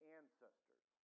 ancestors